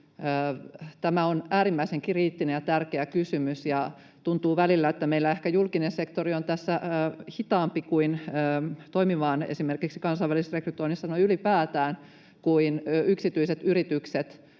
Tämä on äärimmäisen kriittinen ja tärkeä kysymys, ja tuntuu välillä, että meillä ehkä julkinen sektori on noin ylipäätään hitaampi toimimaan esimerkiksi kansainvälisessä rekrytoinnissa kuin yksityiset yritykset.